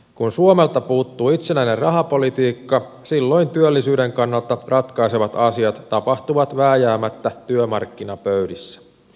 kun suomelta puuttuu itsenäinen rahapolitiikka silloin työllisyyden kannalta ratkaisevat asiat tapahtuvat vääjäämättä työmarkkinapöydissä